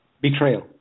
Betrayal